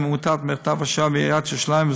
עמותת "מרתף השואה" ועיריית ירושלים,